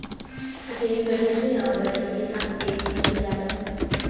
rail budget में आम budget के साथ पेश करल जाला